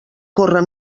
corre